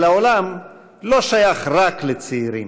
אבל העולם לא שייך רק לצעירים,